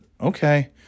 okay